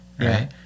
right